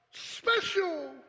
special